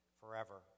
forever